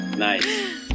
Nice